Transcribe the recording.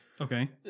Okay